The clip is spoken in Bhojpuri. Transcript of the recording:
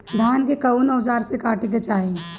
धान के कउन औजार से काटे के चाही?